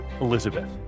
Elizabeth